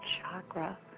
chakra